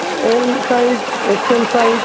L size XL size